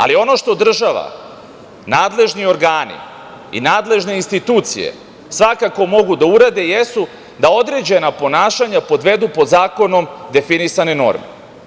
Ali, ono što država, nadležni organi i nadležne institucije svakako mogu da urade, jesu da određena ponašanja podvedu pod zakonom definisane norme.